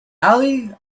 ali